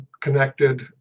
connected